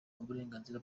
uburenganzira